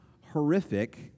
horrific